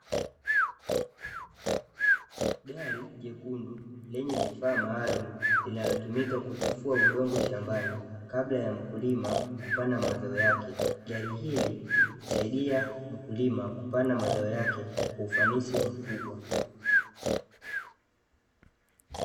Gari jekundu lenye vifaa maalumu, linalotumika kutifua udongo shambani kabla ya mkulima kupanda mazao yake. Gari hili husaidia mkulima kupanda mazao yake kwa ufanisi mkubwa.